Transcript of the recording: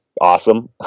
awesome